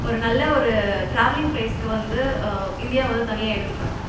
ஒரு நல்ல ஒரு ட்ராவலிங் ப்ளேஸ்க்கு வந்து இந்தியா வந்து தனியாக எடுத்துக்காட்டும்